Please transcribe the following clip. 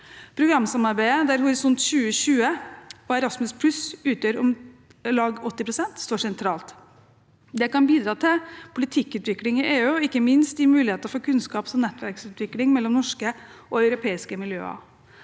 Programsamarbeidet der Horisont 2020 og Erasmus+ utgjør om lag 80 pst., står sentralt. Det kan bidra til politikkutvikling i EU og ikke minst gi mulighet for kunnskaps- og nettverksutvikling mellom norske og europeiske miljøer.